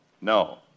No